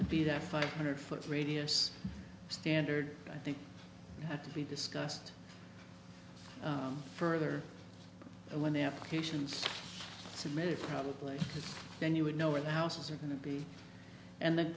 to be that five hundred foot radius standard i think had to be discussed further when the applications submitted probably then you would know where the houses are going to be and the